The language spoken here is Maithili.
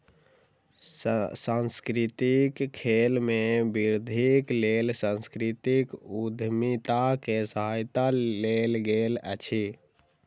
सांस्कृतिक खेल में वृद्धिक लेल सांस्कृतिक उद्यमिता के सहायता लेल गेल अछि